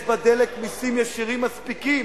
יש בדלק מסים ישירים מספיקים.